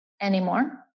anymore